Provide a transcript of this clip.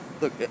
Look